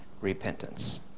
repentance